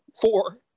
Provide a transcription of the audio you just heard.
four